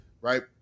Right